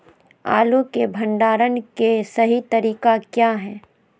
आलू के भंडारण के सही तरीका क्या है?